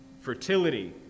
Fertility